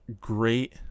Great